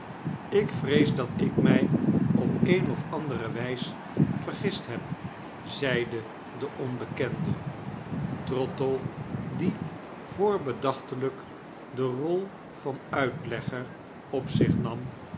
ik vrees dat ik my op eene of andere wp vergist heb zeide de onbekende trottle die voorbedachtelyk de rol van uitlegger oj zich nam